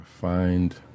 find